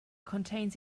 contains